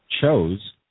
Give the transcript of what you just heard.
chose